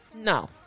No